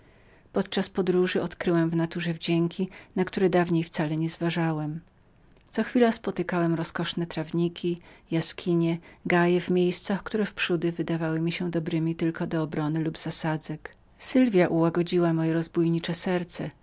podczas podróży odkryłem w naturze nowe wdzięki na które odtąd wcale nie uważałem co chwila spotykałem rozkoszne trawniki jaskinie gaje w miejscach które wprzódy wydały mi się tylko dobremi do obrony lub zasadzek sylwia ułagodziła moje rozbójnicze serce